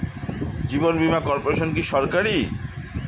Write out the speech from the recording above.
জীবন বীমা কর্পোরেশন কি সরকারি?